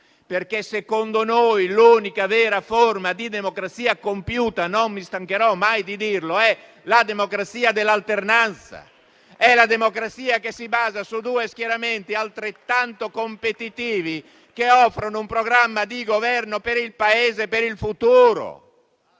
Secondo noi, l'unica vera forma di democrazia compiuta - non mi stancherò mai di dirlo - è la democrazia dell'alternanza, la democrazia che si basa su due schieramenti altrettanto competitivi, che offrano un programma di Governo per il Paese e per il futuro.